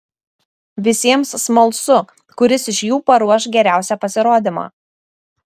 visiems smalsu kuris iš jų paruoš geriausią pasirodymą